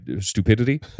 stupidity